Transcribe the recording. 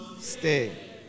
Stay